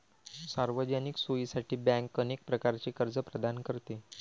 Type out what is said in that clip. सार्वजनिक सोयीसाठी बँक अनेक प्रकारचे कर्ज प्रदान करते